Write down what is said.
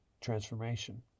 transformation